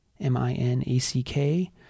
M-I-N-A-C-K